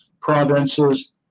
provinces